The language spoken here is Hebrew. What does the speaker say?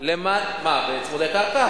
מה, בצמודי קרקע?